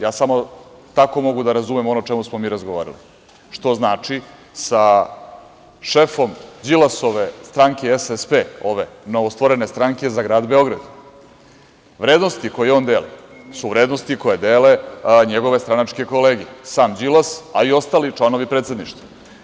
Ja samo tako mogu da razumem ono o čemu smo mi razgovarali, što znači sa šefom Đilasove stranke SSP, ove novostvorene stranke, za Grad Beograd, vrednosti koje on deli su vrednosti koje dele njegove stranačke kolege sam Đilas, a i ostali članovi predsedništva.